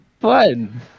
fun